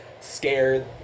scared